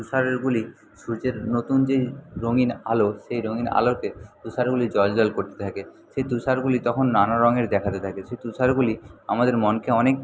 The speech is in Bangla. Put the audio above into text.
তুষারেরগুলি সূর্যের নতুন যে রঙিন আলো সেই রঙিন আলোতে তুষারগুলি জ্বলজ্বল করতে থাকে সেই তুষারগুলি তখন নানা রঙের দেখাতে থাকে সেই তুষারগুলি আমাদের মনকে অনেক